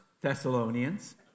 Thessalonians